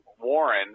Warren